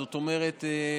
זאת אומרת,